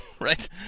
right